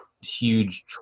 huge